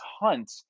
hunt